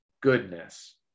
goodness